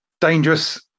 dangerous